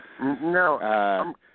No